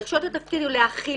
דרישות התפקיד הם להאכיל,